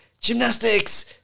gymnastics